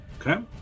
Okay